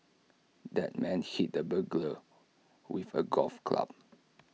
the man hit the burglar with A golf club